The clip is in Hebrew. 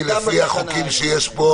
אנחנו ניתן לחברי הכנסת שנמצאים כאן